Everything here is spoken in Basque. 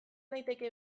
daiteke